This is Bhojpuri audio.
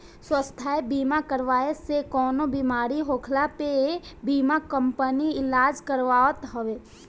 स्वास्थ्य बीमा कराए से कवनो बेमारी होखला पे बीमा कंपनी इलाज करावत हवे